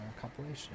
compilation